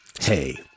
Hey